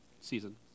season